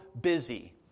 busy